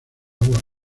agua